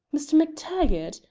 mr. mactaggart!